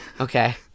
Okay